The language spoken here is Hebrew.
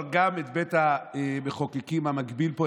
אבל גם את בית המחוקקים המקביל פה,